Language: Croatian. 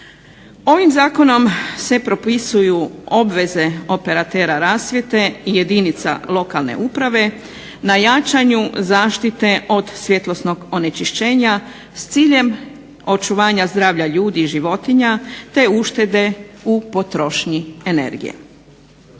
Ovim zakonom se propisuju obveze operatera rasvjete, jedinica lokalne uprave, na jačanju zaštite od svjetlosnog onečišćenja s ciljem očuvanja zdravlja ljudi i životinja te uštede u potrošnji energije.